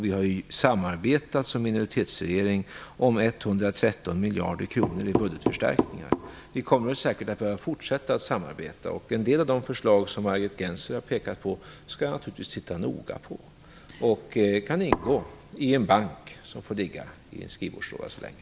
Vi har ju som minoritetsregering samarbetat om 113 miljarder kronor i budgetförstärkning. Vi kommer säkert att behöva fortsätta att samarbeta. En del av de förslag som Margit Gennser pekat på skall jag naturligtvis titta noga på. De kan ingå i den bank som får finnas i min skrivbordslåda så länge.